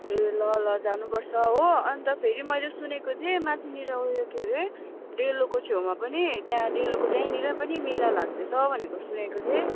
ए ल ल जानुपर्छ हो अन्त फेरि मैले सुनेको थिएँ माथिनेर उयो के हरे डेलोको छेउमा पनि त्यहाँ डेलोको त्यहीँनेर पनि मेला लाग्दैछ भनेको सुनेको थिएँ